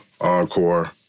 Encore